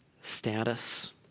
status